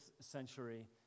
century